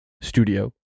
Studio